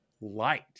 light